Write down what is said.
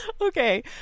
Okay